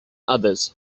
others